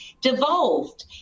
devolved